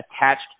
attached